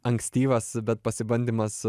ankstyvas bet pasibandymas